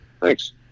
Thanks